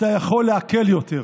אתה יכול להקל יותר.